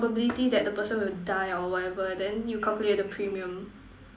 probability that the person will die or whatever then you calculate the premium